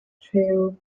rhyw